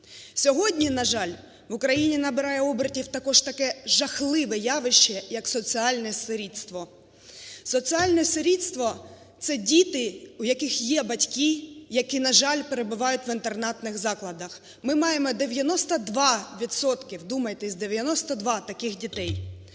Сьогодні, на жаль, в Україні набирає обертів також таке жахливе явище як соціальне сирітство. Соціальне сирітство – це діти, у яких є батьки, які, на жаль, перебувають вінтернатних закладах. Ми маємо 92 відсотки,